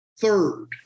Third